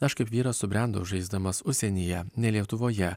aš kaip vyras subrendau žaisdamas užsienyje ne lietuvoje